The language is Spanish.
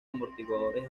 amortiguadores